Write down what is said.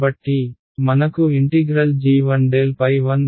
కాబట్టి మనకు g 1 ∇1 1∇g 1